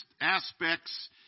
aspects